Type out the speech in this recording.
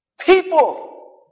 People